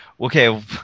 okay